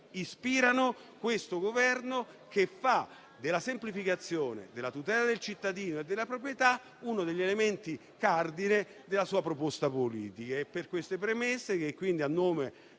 ispirano questo Governo, che fa della semplificazione e della tutela del cittadino e della proprietà uno degli elementi cardine della sua proposta politica. È su queste premesse che, a nome